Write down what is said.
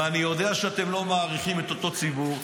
ואני יודע שאתם לא מעריכים את אותו ציבור,